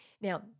Now